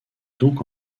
donc